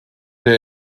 der